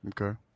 Okay